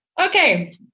okay